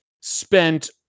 spent